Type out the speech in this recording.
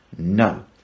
No